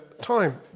time